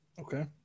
Okay